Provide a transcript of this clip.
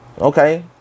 Okay